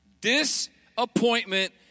Disappointment